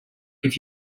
lose